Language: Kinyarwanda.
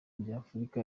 by’afurika